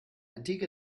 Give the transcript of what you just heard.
antike